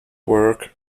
work